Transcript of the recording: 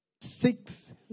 Six